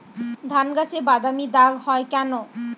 ধানগাছে বাদামী দাগ হয় কেন?